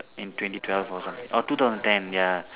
in twenty twelve or something orh two thousand ten ya